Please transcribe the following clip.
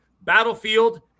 Battlefield